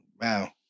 Wow